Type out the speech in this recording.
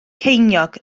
ceiniog